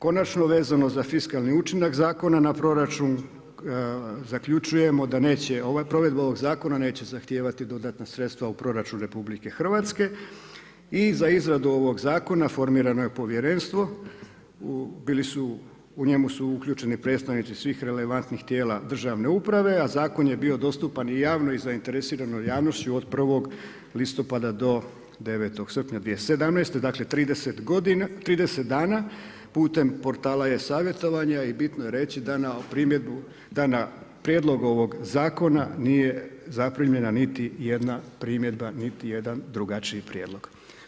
Konačno vezano za fiskalni učinak zakona na proračun, zaključujemo da neće provedba ovog zakona zahtijevati dodatna sredstva u proračunu RH i za izradu ovog zakona formirano je povjerenstvo, u njemu su uključeni predstavnici svih relevantnih tijela državne uprave a zakon je bio dostupan i javnoj zainteresiranoj javnošću, od 1. listopada do 9. srpnja2017., dakle 30 dana, putem portala e-savjetovanja i bitno je reći da na prijedlog ovog zakona nije zaprimljena niti jedna primjedba, niti jedan drugačiji prijedlog.